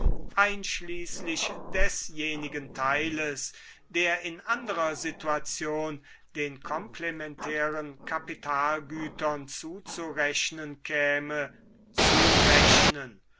einschließlich desjenigen teiles der in anderer situation den komplementären kapitalgütern zuzurechnen käme zurechnen